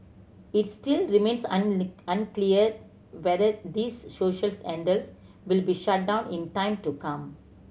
it still remains unclear whether these social handles will be shut down in time to come